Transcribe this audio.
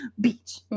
Beach